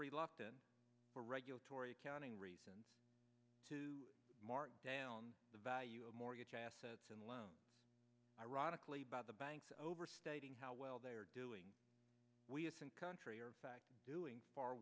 reluctant or regulatory accounting reasons to mark down the value of mortgage assets and loans ironically by the banks overstating how well they are doing we have country are doing far